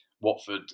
watford